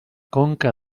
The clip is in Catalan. conca